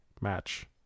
match